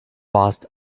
passed